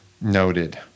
Noted